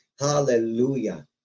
Hallelujah